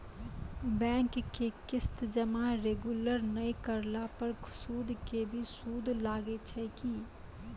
Bank के किस्त जमा रेगुलर नै करला पर सुद के भी सुद लागै छै कि?